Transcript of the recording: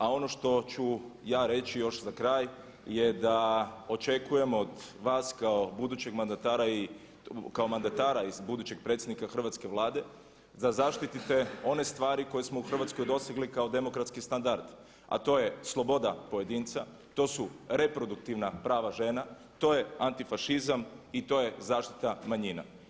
A ono što ću ja reći još za kraj je da očekujemo od vas kao budućeg mandatara i kao mandatara iz budućeg predsjednika Hrvatske vlade da zaštite one stvari koje smo u Hrvatskoj dosegli kao demokratski standard a to je sloboda pojedinca, to su reproduktivna prava žena, to je antifašizam i to je zaštita manjina.